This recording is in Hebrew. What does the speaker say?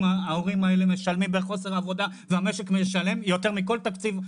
האלה משלמים בחוסר עבודה והמשק משלם יותר מכל תקציב.